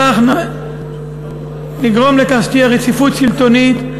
בכך נגרום שתהיה רציפות שלטונית,